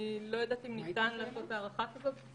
אני לא יודעת אם ניתן לעשות הערכה כזאת.